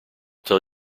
tell